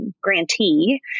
grantee